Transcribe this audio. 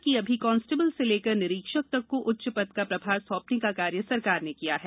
उन्होंने कहा कि अभी कांस्टेबल से लेकर निरीक्षक तक को उच्च पद का प्रभार सौंपने का कार्य सरकार ने किया है